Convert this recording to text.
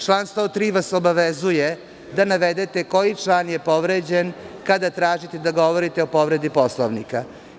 Član 103. vas obavezuje da navedete koji član je povređen, kada tražite da govorite o povredi Poslovnika.